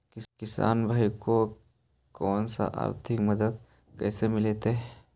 किसान भाइयोके कोन से आर्थिक मदत कैसे मीलतय?